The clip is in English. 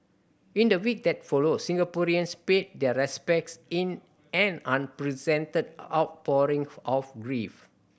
in the week that followed Singaporeans paid their respects in an unprecedented outpouring of grief